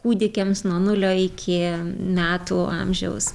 kūdikiams nuo nulio iki metų amžiaus